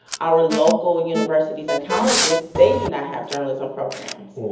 our local universities and colleges, they do not have journalism programs.